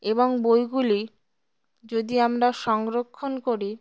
এবং বইগুলি যদি আমরা সংরক্ষণ করি